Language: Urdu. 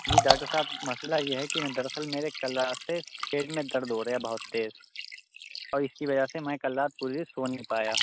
جی ڈاکٹر صاحب مسئلہ یہ ہے کہ میں دراصل میرے کل رات سے پیٹ میں درد ہو رہا بہت تیز اور اس کی وجہ سے میں کل رات پوری سو نہیں پایا